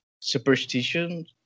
superstition